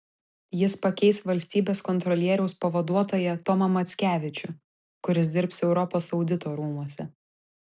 jis pakeis valstybės kontrolieriaus pavaduotoją tomą mackevičių kuris dirbs europos audito rūmuose